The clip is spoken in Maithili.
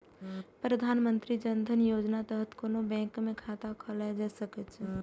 प्रधानमंत्री जन धन योजनाक तहत कोनो बैंक मे खाता खोलाएल जा सकै छै